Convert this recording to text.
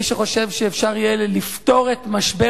מי שחושב שאפשר יהיה לפתור את משבר